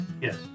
Yes